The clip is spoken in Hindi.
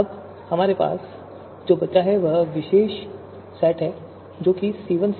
अब हमारे पास जो बचा है वह यह विशेष सेट है जो A है